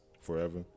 Forever